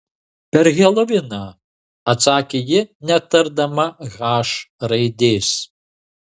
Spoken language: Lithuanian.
per heloviną atsakė ji netardama h raidės